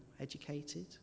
educated